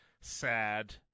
sad